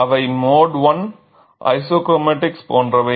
அவை mode I isochromatics போன்றவை